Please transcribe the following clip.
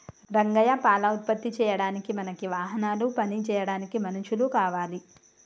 రంగయ్య పాల ఉత్పత్తి చేయడానికి మనకి వాహనాలు పని చేయడానికి మనుషులు కావాలి